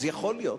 אז יכול להיות,